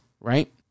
right